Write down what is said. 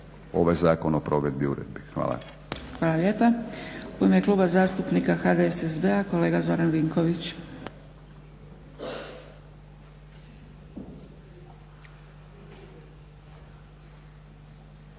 ovaj zakon o provedbi uredbi. Hvala. **Zgrebec, Dragica (SDP)** Hvala lijepa. U ime Kluba zastupnika HDSSB-a kolega Zoran Vinković.